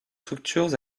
structures